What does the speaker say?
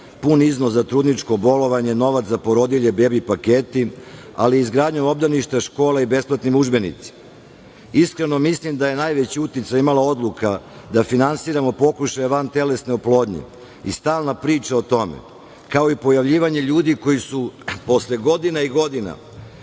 pun iznos za trudničko bolovanje, novac za porodilje, bebi paketi, ali i izgradnju obdaništa, škola i besplatnim udžbenicima. Iskreno mislim da je najveći uticaj imala odluka da finansiramo pokušaj vantelesne oplodnje i stalna priča o tome, kao i pojavljivanje ljudi koji su posle godina i godina